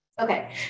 Okay